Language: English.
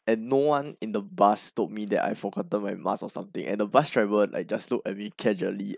and no one in the bus told me that I had forgotten my mask or something and the bus driver like just look at me casually